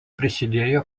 prisidėjo